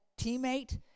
teammate